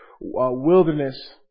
wilderness